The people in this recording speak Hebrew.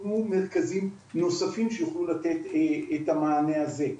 יוקמו מרכזים נוספים שיוכלו לתת את המענה הזה.